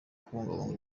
kubungabunga